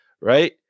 right